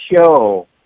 show